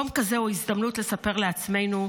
יום כזה הוא הזדמנות לספר לעצמנו,